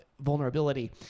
vulnerability